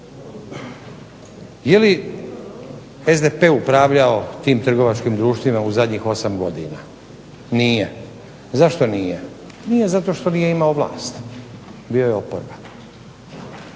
Je li SDP upravljao tim trgovačkim društvima u zadnjih 8 godina? Nije. Zašto nije? Nije zato što nije imao vlast, bio je oporba.